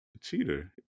cheater